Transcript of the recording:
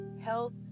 health